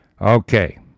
Okay